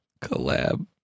collab